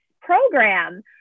program